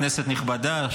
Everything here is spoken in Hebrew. כנסת נכבדה,